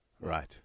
Right